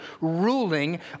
ruling